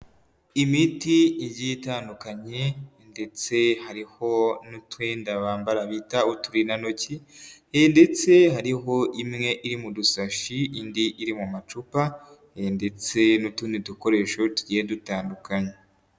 Imiti igiye itandukanye ndetse hariho n'utwenda bambara bita uturindantoki ndetse hariho imwe iri mu dusashi indi iri mu macupa ndetse n'utundi dukoresho tugiye dutandukanye.